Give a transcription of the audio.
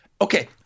Okay